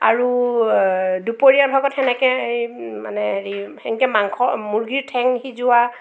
আৰু দুপৰীয়াৰ ভাগত সেনেকে এই মানে হেৰি সেনকে মাংস মুৰ্গীৰ ঠেং সিজোৱা